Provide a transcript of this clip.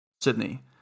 Sydney